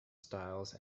styles